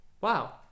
wow